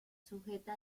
sujeta